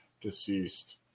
Deceased